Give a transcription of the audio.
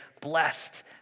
blessed